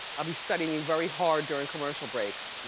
i'll be studying you very hard durin' commercial breaks.